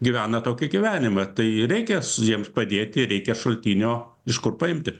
gyvena tokį gyvenimą tai reikia su jiems padėti reikia šaltinio iš kur paimti